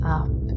up